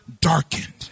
darkened